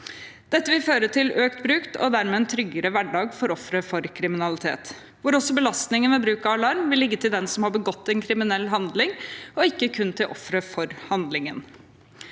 Dette vil føre til økt bruk og dermed en tryggere hverdag for ofre for kriminalitet, hvor også belastningen ved bruk av alarm vil ligge til den som har begått en kriminell handling, og ikke kun til ofre for handlingen.